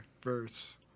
verse